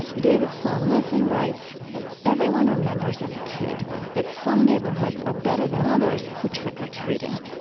david sloan wilson writes everyone remembers as a kid that some neighborhoods are better than others for trick-or-treating.